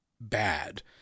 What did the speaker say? bad